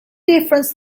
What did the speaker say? difference